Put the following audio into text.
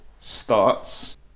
starts